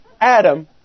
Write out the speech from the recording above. Adam